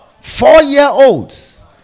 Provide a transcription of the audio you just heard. four-year-olds